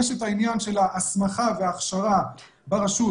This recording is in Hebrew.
יש את העניין של ההסמכה וההכשרה ברשות,